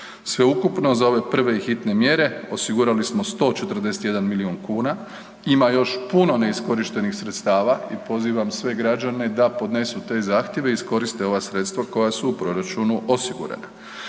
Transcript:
sveukupno za ove prve i hitne mjere osigurali smo 141 milijun kuna. Ima još puno neiskorištenih sredstava i pozivam sve građane da podnesu te zahtjeve i iskoriste ova sredstva koja su u proračunu osigurana.